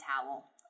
towel